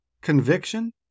conviction